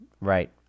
Right